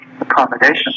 Accommodation